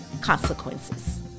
consequences